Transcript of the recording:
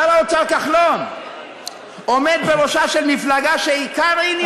שר האוצר כחלון עומד בראשה של מפלגה שעיקר ענייניה,